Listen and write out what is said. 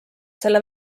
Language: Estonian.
selle